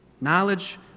Knowledge